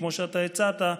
כמו שאתה הצעת,